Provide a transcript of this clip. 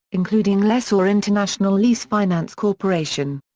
including lessor international lease finance corporation.